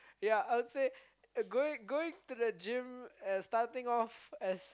yea I would say going going to the gym and starting off as